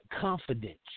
confidence